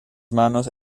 manos